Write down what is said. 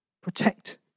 Protect